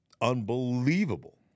unbelievable